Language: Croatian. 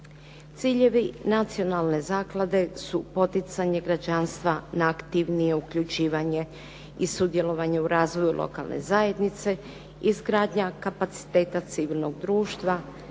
Ciljevi Nacionalne zaklade su poticanje građanstva na aktivnije uključivanje i sudjelovanje u razvoju lokalne zajednice, izgradnja kapaciteta civilnog društva,